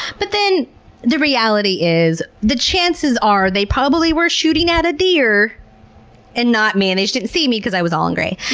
but then the reality is, the chances are they probably were shooting at a deer and not me, and they just didn't see me because i was all in gray.